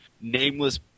nameless